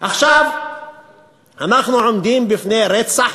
עכשיו אנחנו עומדים בפני רצח